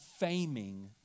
faming